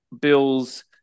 Bills